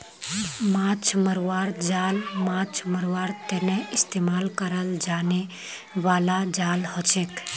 माछ मरवार जाल माछ मरवार तने इस्तेमाल कराल जाने बाला जाल हछेक